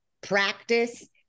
practice